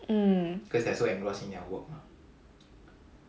mm